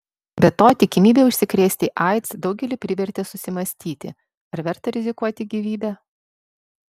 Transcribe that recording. be to tikimybė užsikrėsti aids daugelį privertė susimąstyti ar verta rizikuoti gyvybe